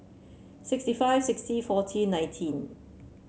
sixty five sixty forty nineteen